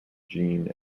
jeanne